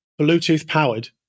Bluetooth-powered